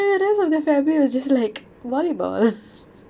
and their rest of the family was just like volleyball